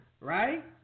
Right